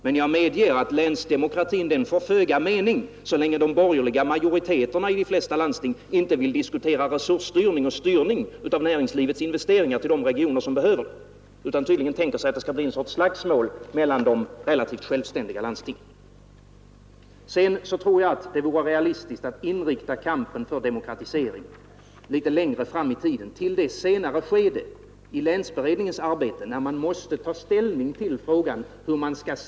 Men jag medger att länsdemokratin får föga mening, så länge de borgerliga majoriteterna i de flesta landsting inte vill diskutera styrning av resurser och av näringslivets investeringar till de regioner som behöver sådana utan tydligen tänker sig att det skall bli en sorts slagsmål mellan de relativt självständiga landstingen. Jag tror också att det vore realistiskt att inrikta kampen för demokratisering litet längre fram i tiden, till det senare skede i länsberedningens arbete, när man måste ta ställning till frågan hur man skall.